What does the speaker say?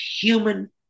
human